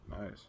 Nice